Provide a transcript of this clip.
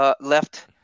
left